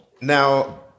Now